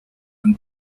and